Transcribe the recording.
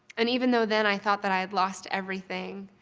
and even though then i thought that i had lost everything,